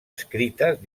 escrites